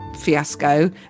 fiasco